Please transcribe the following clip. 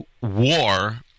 war